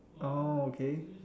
oh okay